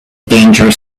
danger